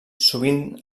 sovint